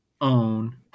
own